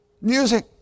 Music